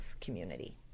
community